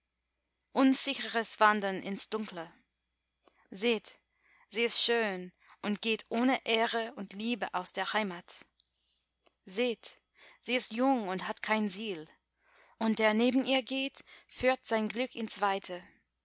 unsicheres wandern ins dunkle seht sie ist schön und geht ohne ehre und liebe aus der heimat seht sie ist jung und hat kein ziel und der neben ihr geht führt sein glück ins weite